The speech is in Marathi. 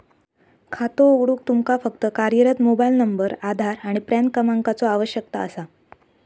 खातो उघडूक तुमका फक्त कार्यरत मोबाइल नंबर, आधार आणि पॅन क्रमांकाचो आवश्यकता असा